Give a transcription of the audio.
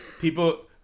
People